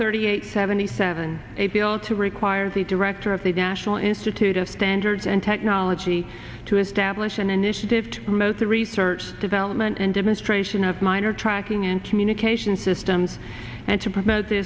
thirty eight seventy seven a p l to require the director of the national institute of standards and technology to establish an initiative to promote the research development and demonstration of minor tracking and communication systems and to promote th